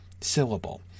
syllable